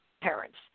parents